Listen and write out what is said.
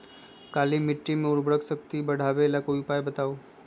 काली मिट्टी में उर्वरक शक्ति बढ़ावे ला कोई उपाय बताउ?